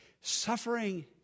Suffering